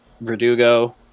Verdugo